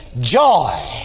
joy